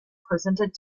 presented